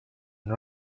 and